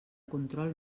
control